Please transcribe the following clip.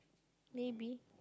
maybe